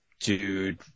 dude